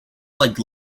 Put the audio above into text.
like